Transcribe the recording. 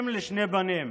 אם לשני בנים.